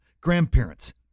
grandparents